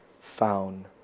found